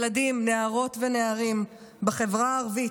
ילדים, נערות ונערים, בחברה הערבית,